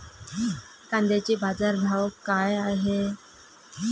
कांद्याचे बाजार भाव का हाये?